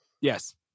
Yes